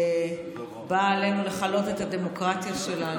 שבאה עלינו לכלות את הדמוקרטיה שלנו.